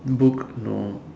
book no